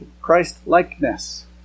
Christ-likeness